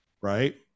Right